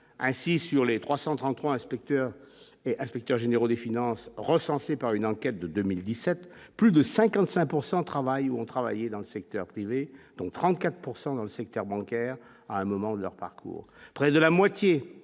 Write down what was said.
ainsi sur les 333 inspecteurs et inspecteurs généraux des Finances recensés par une enquête de 2017 plus de 55 pourcent travaillent ou ont travaillé dans le secteur privé, donc 34 pourcent dans le secteur bancaire, à un moment, leur parcours